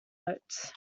oats